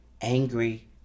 angry